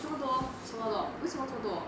这么多什么 dog 为什么这么多